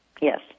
yes